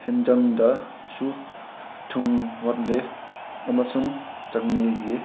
ꯑꯦꯟꯁꯥꯡꯗꯁꯨ ꯊꯨꯝ ꯋꯥꯠꯂꯦ ꯑꯃꯁꯨꯡ ꯆꯠꯅꯤꯒꯤ